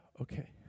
okay